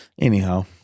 anyhow